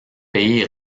pays